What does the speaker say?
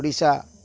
Odisha